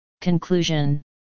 Conclusion